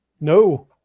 No